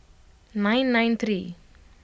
nine nine three